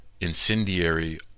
incendiary